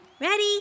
Ready